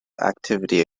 activity